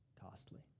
costly